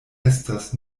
estas